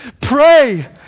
Pray